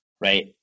Right